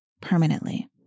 permanently